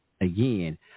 again